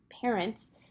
parents